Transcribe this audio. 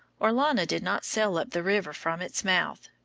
orellana did not sail up the river from its mouth,